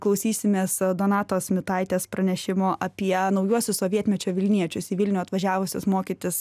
klausysimės donatos mitaitės pranešimo apie naujuosius sovietmečio vilniečius į vilnių atvažiavusius mokytis